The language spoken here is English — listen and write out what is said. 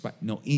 no